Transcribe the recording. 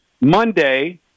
Monday